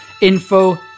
info